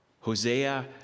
hosea